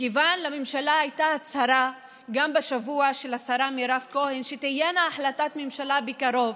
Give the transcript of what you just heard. מכיוון שלממשלה הייתה הצהרה של השרה מירב כהן שתהיה החלטת ממשלה בקרוב,